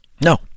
No